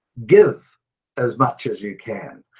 give as much as you can.